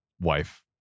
wife